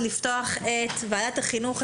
אני מתכבדת לפתוח את ישיבת ועדת החינוך,